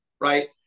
Right